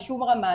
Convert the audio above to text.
בשום רמה.